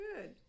Good